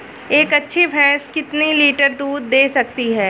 एक अच्छी भैंस कितनी लीटर दूध दे सकती है?